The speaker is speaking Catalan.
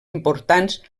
importants